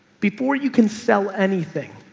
before you can sell anything,